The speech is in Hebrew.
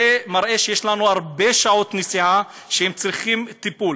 זה מראה שיש לנו הרבה שעות נסיעה שצריכות טיפול.